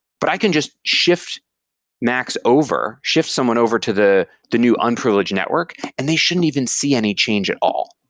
but i can just shift max over, shift someone over to the the new unprivileged network and they shouldn't even see any change at all.